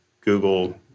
Google